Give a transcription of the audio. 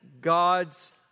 God's